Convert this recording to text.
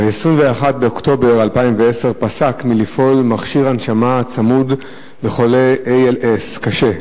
ב-21 באוקטובר 2010 פסק מלפעול מכשיר הנשמה הצמוד לחולה ALS קשה.